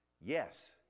Yes